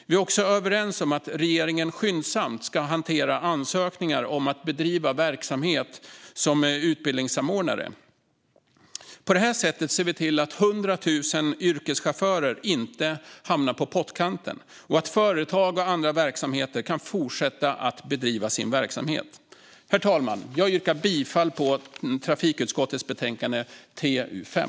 Vi är också överens om att regeringen skyndsamt ska hantera ansökningar om att bedriva verksamhet som utbildningssamordnare. På det här sättet ser vi till att 100 000 yrkeschaufförer inte hamnar på pottkanten och att företag och andra kan fortsätta att bedriva sin verksamhet. Herr talman! Jag yrkar bifall till trafikutskottets förslag i betänkande TU5.